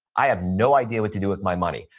i have no idea what to do with my money.